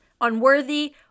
unworthy